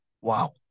Wow